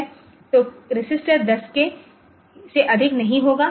तो resistor 10 k से अधिक नहीं होगा